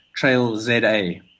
TrailZA